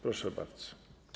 Proszę bardzo.